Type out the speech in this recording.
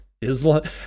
Islam